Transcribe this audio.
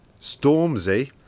Stormzy